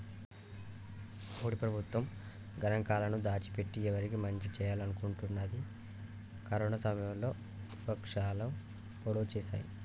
మోడీ ప్రభుత్వం గణాంకాలను దాచి పెట్టి ఎవరికి మంచి చేయాలనుకుంటుందని కరోనా సమయంలో వివక్షాలు గొడవ చేశాయి